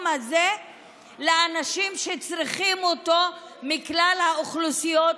הזה לאנשים שצריכים אותו מכלל האוכלוסיות,